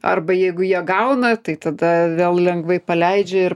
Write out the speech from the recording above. arba jeigu jie gauna tai tada vėl lengvai paleidžia ir